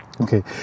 Okay